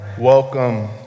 Welcome